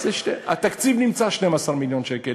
התקציב נמצא, 12 מיליון שקל.